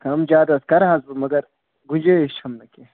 کَم زیادٕ حظ کَرٕہَس بہٕ مگر گُنجٲیِش چھَم نہٕ کیٚنٛہہ